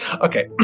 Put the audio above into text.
Okay